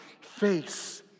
face